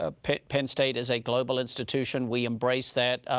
ah penn penn state is a global institution, we embrace that.